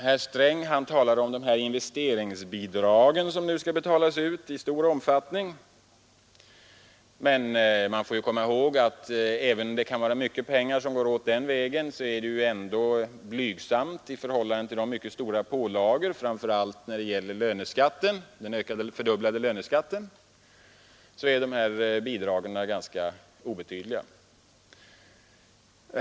Herr Sträng talade om investeringsbidragen, som skall betalas ut i stor omfattning, men man bör komma ihåg att även om det är mycket pengar som går ut den vägen, så är det ändå blygsamma belopp i förhållande till de mycket stora nya pålagorna, och framför allt i jämförelse med den fördubblade löneskatten är bidragen ganska obetydliga.